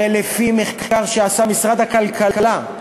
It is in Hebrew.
הרי לפי מחקר שעשה משרד הכלכלה,